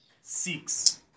six